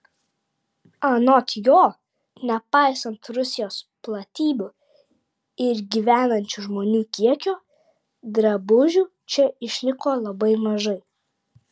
anot jo nepaisant rusijos platybių ir gyvenančių žmonių kiekio drabužių čia išliko labai mažai